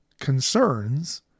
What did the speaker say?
concerns